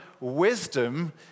wisdom